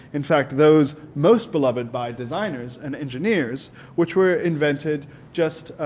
in fact those most beloved by designers and engineers which were invented just